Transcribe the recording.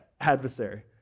Adversary